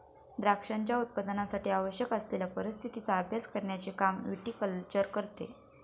द्राक्षांच्या उत्पादनासाठी आवश्यक असलेल्या परिस्थितीचा अभ्यास करण्याचे काम विटीकल्चर करते